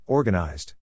Organized